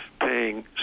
paying